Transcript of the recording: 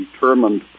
determined